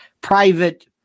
private –